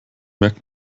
merkt